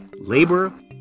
labor